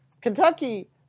Kentucky